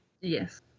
Yes